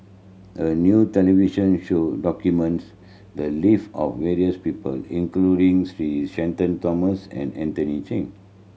a new television show documents the live of various people including Sir Shenton Thomas and Anthony Chen